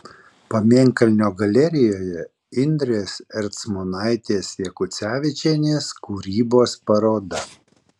pamėnkalnio galerijoje indrės ercmonaitės jakucevičienės kūrybos paroda